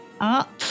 up